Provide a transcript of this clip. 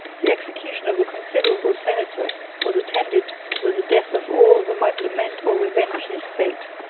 the execution of a considerable senator was attended with the death of all who might lament or revenge his fate